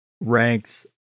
ranks